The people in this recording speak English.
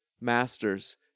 Masters